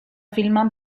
filman